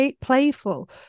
playful